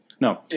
No